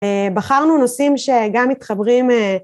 בחרנו נושאים שגם מתחברים